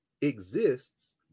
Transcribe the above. exists